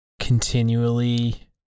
continually